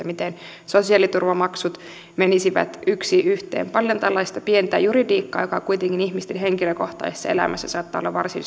miten sosiaaliturvamaksut menisivät yksi yhteen jos tulee työttömyyttä on paljon tällaista pientä juridiikkaa joka kuitenkin ihmisten henkilökohtaisessa elämässä saattaa olla varsin